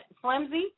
flimsy